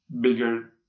bigger